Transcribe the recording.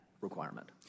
requirement